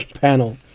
panel